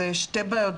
וזה שתי בעיות,